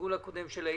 בגלגול הקודם של העניין.